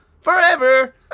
forever